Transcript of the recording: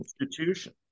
institution